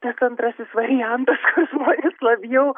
tas antrasis variantas kur žmonės labiau